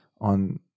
on